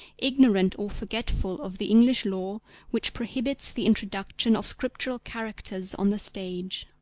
ignorant or forgetful of the english law which prohibits the introduction of scriptural characters on the stage.